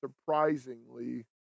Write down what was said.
surprisingly